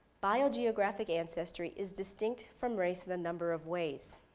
biogeographic ancestry, is distinct from race in a number of ways.